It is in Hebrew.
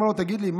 אומר לו: תגיד לי,